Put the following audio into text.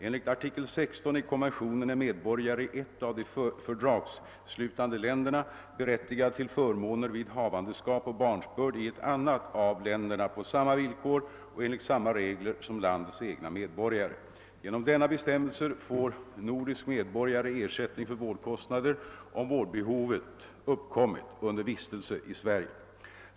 Enligt artikel 16 i konventionen är medborgare i ett av de fördragsslutande länderna berättigad till förmåner vid havandeskap och barnsbörd i ett annat av länderna på samma villkor och enligt samma regler som landets egna medborgare. Genom denna bestämmelse får nordisk medborgare ersättning för vårdkostnader om vårdbehovet uppkommit under vistelse i Sverige.